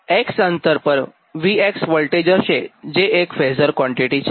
અને X અંતર પર V વોલ્ટેજ હશે જે એક ફેઝર ક્વોન્ટીટી છે